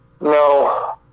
No